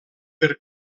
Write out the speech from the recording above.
per